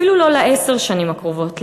אפילו לא לעשר השנים הקרובות,